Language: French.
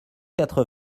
quatre